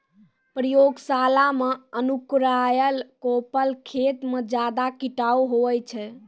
प्रयोगशाला मे अंकुराएल कोपल खेत मे ज्यादा टिकाऊ हुवै छै